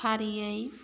फारियै